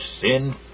sin